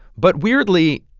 but weirdly,